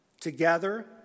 Together